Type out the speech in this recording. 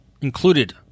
included